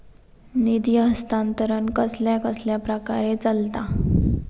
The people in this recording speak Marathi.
निधी हस्तांतरण कसल्या कसल्या प्रकारे चलता?